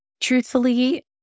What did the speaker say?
truthfully